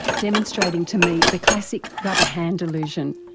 demonstrating to me the classic rubber hand illusion,